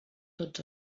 tots